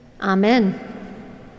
Amen